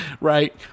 Right